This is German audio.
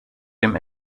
dem